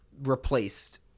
replaced